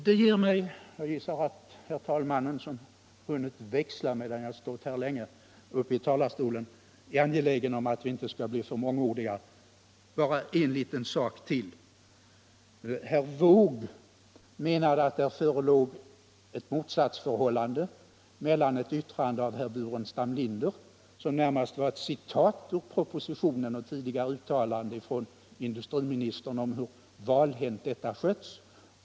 Jag gissar att herr talmannen — talmännen har hunnit växla medan jag stått här i talarstolen ganska länge — är angelägen om att vi inte skall blir för mångordiga. Bara en liten sak till. Herr Wååg menade att det förelåg ett motsatsförhållande mellan å ena sidan ett yttrande av herr Burenstam Linder, som närmast var ett citat ur propositionen och tidigare uttalanden från industriministern om hur valhänt SUAB skötts.